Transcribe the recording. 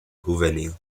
juvenil